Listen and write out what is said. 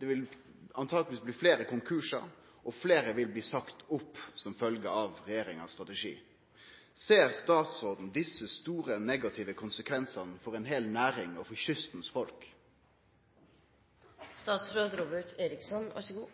Det vil antakeleg bli fleire konkursar, og fleire vil bli sagde opp som følgje av strategien til regjeringa. Ser statsråden desse store negative konsekvensane for ei heil næring og for